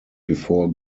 before